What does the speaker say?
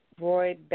Roy